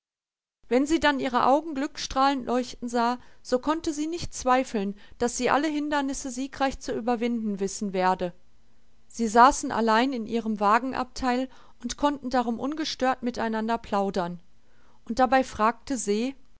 wenn sie dann ihre augen glückstrahlend leuchten sah so konnte sie nicht zweifeln daß sie alle hindernisse siegreich zu überwinden wissen werde sie saßen allein in ihrem wagenabteil und konnten darum ungestört miteinander plaudern und dabei fragte se